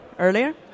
earlier